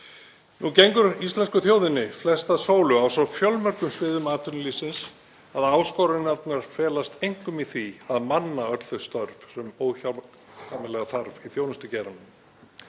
Nú gengur íslensku þjóðinni flest að sólu á svo fjölmörgum sviðum atvinnulífsins að áskoranir felast einkum í því að manna öll þau störf sem óhjákvæmilega þarf í þjónustugeiranum.